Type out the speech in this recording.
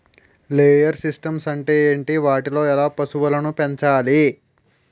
Layer systems అంటే ఏంటి? వాటిలో ఎలా పశువులను పెంచాలి?